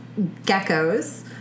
geckos